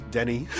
Denny